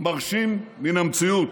מרשים מן המציאות.